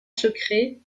secret